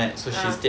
ah